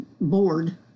board